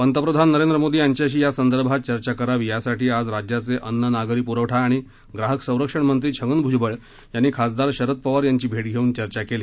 पंतप्रधान नरेंद्र मोदी यांच्याशी या संदर्भात चर्चा करावी यासाठी आज राज्याचे अन्न नागरी पुरवठा आणि ग्राहक संरक्षण मंत्री छगन भुजबळ यांनी खासदार शरद पवार यांची भेट घेऊन चर्चा केली